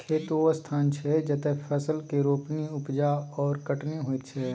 खेत ओ स्थान छै जतय फसल केर रोपणी, उपजा आओर कटनी होइत छै